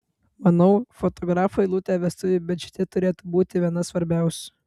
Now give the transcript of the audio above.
manau fotografo eilutė vestuvių biudžete turėtų būti viena svarbiausių